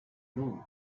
noon